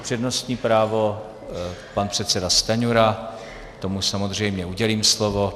Přednostní právo pan předseda Stanjura, tomu samozřejmě udělím slovo.